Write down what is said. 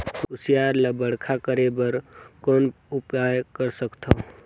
कुसियार ल बड़खा करे बर कौन उपाय कर सकथव?